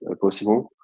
possible